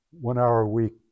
One-hour-a-week